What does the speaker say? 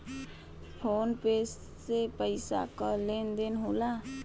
phone पे से पइसा क लेन देन होला